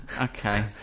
Okay